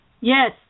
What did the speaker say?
Yes